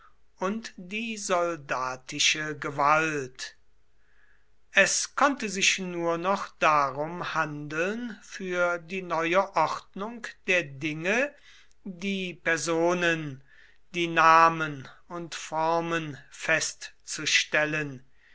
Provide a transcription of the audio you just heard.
und die soldatische gewalt es konnte sich nur noch darum handeln für die neue ordnung der dinge die personen die namen und formen festzustellen